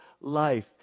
life